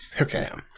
Okay